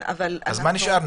אז מה נשאר?